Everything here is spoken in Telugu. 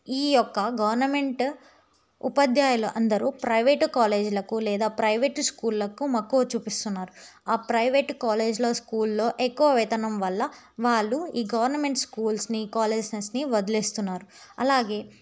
ఈ యొక్క గవర్నమెంట్ ఉపాధ్యాయులు అందరూ ప్రైవేట్ కాలేజీలకు లేదా ప్రైవేట్ స్కూళ్ళకు మక్కువ చూపిస్తున్నారు ఆ ప్రైవేట్ కాలేజ్లో స్కూల్లో ఎక్కువ వేతనం వల్ల వాళ్ళు ఈ గవర్నమెంట్ స్కూల్స్ని కాలేజెస్ని వదిలేస్తున్నారు అలాగే